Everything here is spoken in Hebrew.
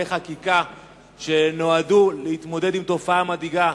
חקיקה שנועדו להתמודד עם תופעה מדאיגה,